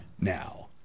now